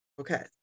Okay